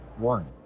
one